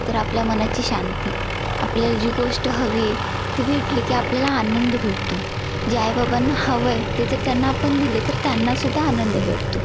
तर आपल्या मनाची शांती आपल्याला जी गोष्ट हवी आहे ती भेटली की आपल्याला आनंद भेटतो जे आई बाबांना हवं आहे ते जर त्यांना आपण दिलं तर त्यांना सुद्धा आनंद भेटतो